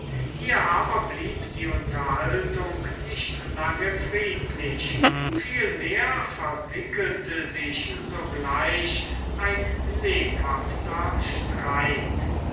hier aber blieb die unterhaltung nicht lange friedlich vielmehr verwickelte sich sogleich ein lebhafter streit